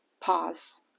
Pause